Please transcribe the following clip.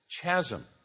chasm